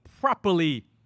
properly